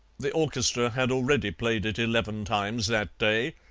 the orchestra had already played it eleven times that day,